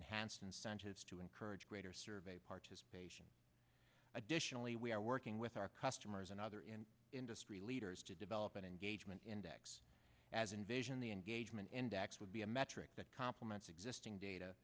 enhanced incentives to encourage greater survey participation additionally we are working with our customers and other industry leaders to develop an engagement index as invasion the engagement index would be a metric that complements existing data